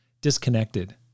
disconnected